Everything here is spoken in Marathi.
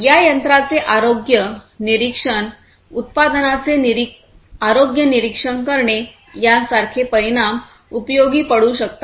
या यंत्राचे आरोग्य निरीक्षण उत्पादनांचे आरोग्य निरीक्षण करणे यासारखे परिणाम उपयोगी पडू शकतात